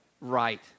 right